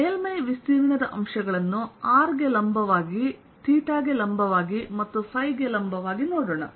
ಮೇಲ್ಮೈ ವಿಸ್ತೀರ್ಣದ ಅಂಶಗಳನ್ನು r ಗೆ ಲಂಬವಾಗಿ ಥೀಟಾ ಗೆ ಲಂಬವಾಗಿ ಮತ್ತು ಫೈ ಗೆ ಲಂಬವಾಗಿ ನೋಡೋಣ